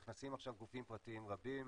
נכנסים עכשיו גופים פרטיים רבים.